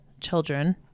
children